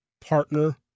partner